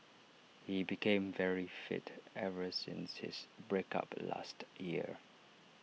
he became very fit ever since his break up last year